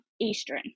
eastern